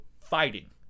fighting